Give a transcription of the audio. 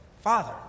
Father